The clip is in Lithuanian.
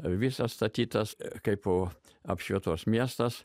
visas statytas kaipo apšvietos miestas